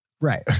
Right